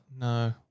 No